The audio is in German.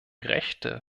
rechte